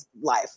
life